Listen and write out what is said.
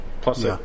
Plus